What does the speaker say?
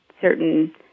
certain